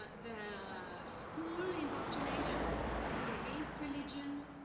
but the school indoctrination to be against religion,